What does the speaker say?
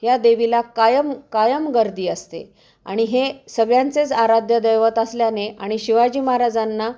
या देवीला कायम कायम गर्दी असते आणि हे सगळ्यांचेच आराध्य दैवत असल्याने आणि शिवाजी महाराजांना